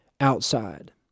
outside